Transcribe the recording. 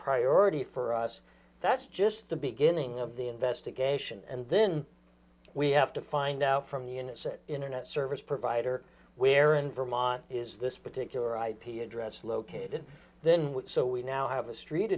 priority for us that's just the beginning of the investigation and then we have to find out from the innocent internet service provider where in vermont is this particular ip address located then with so we now have a street